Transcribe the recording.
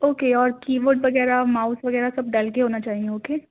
okay اور keyboard وغیرہ mouse وغیرہ سب ڈیل کے ہونا چاہیے اوکے